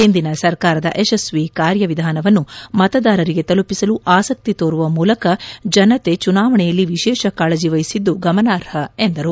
ಹಿಂದಿನ ಸರ್ಕಾರದ ಯಶಸ್ವಿ ಕಾರ್ಯ ವಿಧಾನವನ್ನು ಮತದಾರರಿಗೆ ತಲುಪಿಸಲು ಆಸಕ್ತಿ ತೋರುವ ಮೂಲಕ ಜನತೆ ಚುನಾವಣೆಯಲ್ಲಿ ವಿಶೇಷ ಕಾಳಜಿ ವಹಿಸಿದ್ದು ಗಮನಾರ್ಹ ಎಂದರು